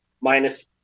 minus